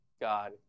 God